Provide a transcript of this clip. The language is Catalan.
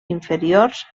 inferiors